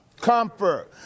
comfort